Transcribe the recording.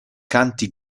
canti